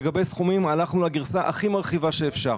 לגבי סכומים הלכנו לגרסה הכי מרחיבה שאפשר.